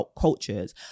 cultures